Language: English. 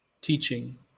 Teaching